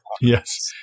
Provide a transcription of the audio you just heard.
Yes